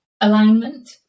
alignment